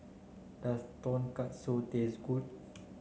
does Tonkatsu taste good